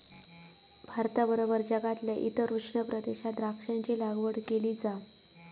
भारताबरोबर जगातल्या इतर उष्ण प्रदेशात द्राक्षांची लागवड केली जा